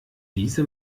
diese